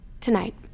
Tonight